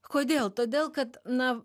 kodėl todėl kad na